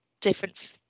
different